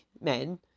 men